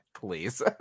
please